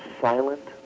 silent